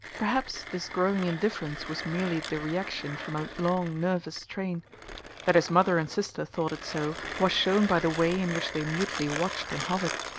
perhaps this growing indifference was merely the reaction from a long nervous strain that his mother and sister thought it so was shown by the way in which they mutely watched and hovered.